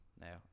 now